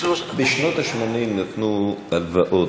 בשנות ה-80 נתנו הלוואות,